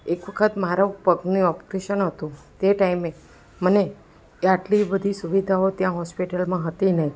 એક વખત મારા પગનું ઓપરેશન હતું તે ટાઈમે મને આટલી બધી સુવિધાઓ ત્યાં હોસ્પિટલમાં હતી નહીં